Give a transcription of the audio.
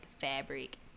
fabric